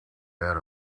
had